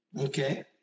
Okay